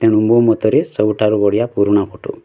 ତେଣୁ ମୋ ମତରେ ସବୁଠାରୁ ବଢ଼ିଆ ପୁରୁଣା ଫଟୋ